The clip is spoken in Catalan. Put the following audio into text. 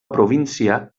província